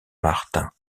martin